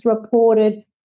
reported